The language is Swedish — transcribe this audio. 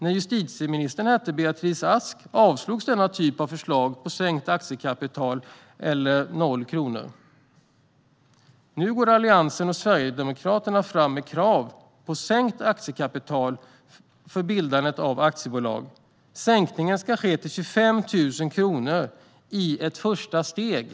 När justitieministern hette Beatrice Ask avslogs denna typ av förslag på sänkt aktiekapital till 25 000 kronor eller noll kronor. Nu går Alliansen och Sverigedemokraterna fram med krav på sänkt aktiekapital för bildandet av aktiebolag. Det ska sänkas till 25 000 kronor "som ett första steg".